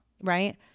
right